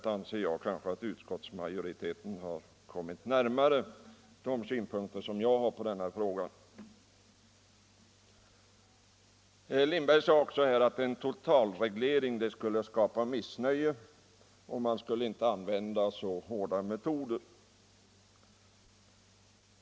Jag anser i stället att utskottsmajoriteten har kommit närmare de synpunkter som jag har på denna fråga. Herr Lindberg sade också att en totalreglering skulle kunna skapa missnöje; man skulle inte använda så hårda metoder.